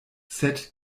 sed